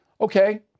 Okay